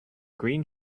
green